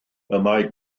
mae